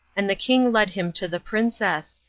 and the king led him to the princess,